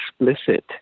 explicit